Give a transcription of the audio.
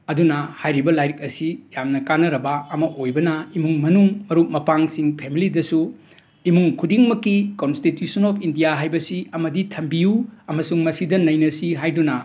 ꯑꯗꯨꯅ ꯍꯥꯏꯔꯤꯕ ꯂꯥꯏꯔꯤꯛ ꯑꯁꯤ ꯌꯥꯝꯅ ꯀꯥꯟꯅꯔꯕ ꯑꯃ ꯑꯣꯏꯕꯅ ꯏꯃꯨꯡ ꯃꯅꯨꯡ ꯃꯔꯨꯞ ꯃꯄꯥꯡꯁꯤꯡ ꯐꯦꯃꯤꯂꯤꯗꯁꯨ ꯏꯃꯨꯡ ꯈꯨꯗꯤꯡꯃꯛꯀꯤ ꯀꯣꯟꯁꯇꯤꯇ꯭ꯌꯨꯁꯟ ꯑꯣꯞ ꯏꯟꯗꯤꯌꯥ ꯍꯥꯏꯕꯁꯤ ꯑꯃꯗꯤ ꯊꯝꯕꯤꯌꯨ ꯑꯃꯁꯨꯡ ꯃꯁꯤꯗ ꯅꯩꯅꯁꯤ ꯍꯥꯏꯗꯨꯅ